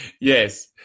Yes